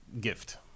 gift